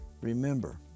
Remember